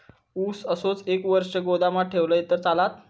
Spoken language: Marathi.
ऊस असोच एक वर्ष गोदामात ठेवलंय तर चालात?